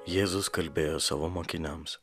jėzus kalbėjo savo mokiniams